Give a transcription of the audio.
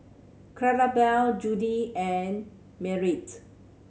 Clarabelle Jody and Merritt